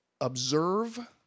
observe